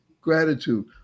gratitude